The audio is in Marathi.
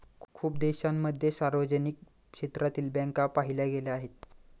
खूप देशांमध्ये सार्वजनिक क्षेत्रातील बँका पाहिल्या गेल्या आहेत